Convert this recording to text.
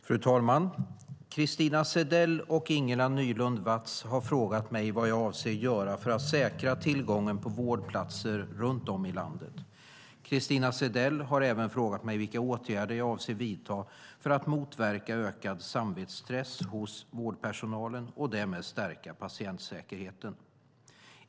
Fru talman! Christina Zedell och Ingela Nylund Watz har frågat mig vad jag avser att göra för att säkra tillgången på vårdplatser runt om i landet. Christina Zedell har även frågat mig vilka åtgärder jag avser att vidta för att motverka ökad samvetsstress hos vårdpersonalen och därmed stärka patientsäkerheten.